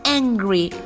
angry